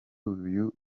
uyu